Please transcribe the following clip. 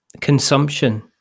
consumption